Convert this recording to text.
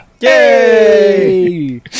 Yay